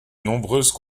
nombreuses